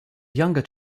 younger